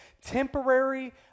temporary